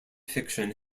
fiction